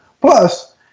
plus